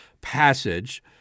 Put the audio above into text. passage